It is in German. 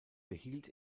behielt